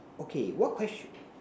okay what question